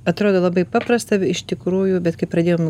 atrodo labai paprasta be iš tikrųjų bet kai pradėjom